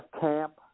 camp